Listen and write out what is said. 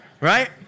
right